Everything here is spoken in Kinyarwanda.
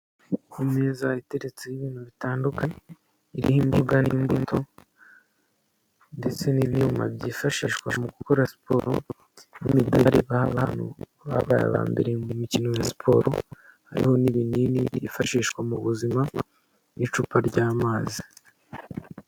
Ku meza iteretseho ibintu bitandukanye ibiribwa n'imbuto ndetse n'ibyuma byifashishwa mu gukora siporo n'imidari baha abantu babaye iba mbere mu mikino ya siporo. Hariho n'ibinini byifashishwa mu buzima n'icupa ry'amazi.